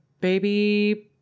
baby